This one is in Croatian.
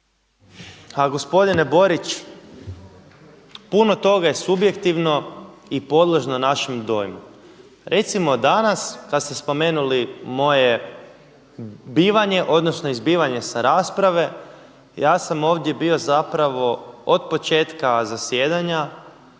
Gospodine Borić, puno toga je subjektivno i podložno našem dojmu. Recimo danas kad ste spomenuli moje bivanje odnosno izbivanje sa rasprave ja sam ovdje bio zapravo od početka zasjedanja